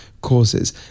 causes